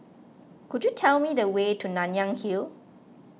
could you tell me the way to Nanyang Hill